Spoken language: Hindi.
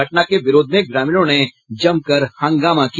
घटना के विरोध में ग्रामीणों ने जमकर हंगामा किया